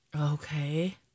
Okay